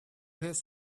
his